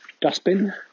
Dustbin